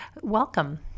welcome